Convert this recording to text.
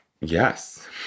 Yes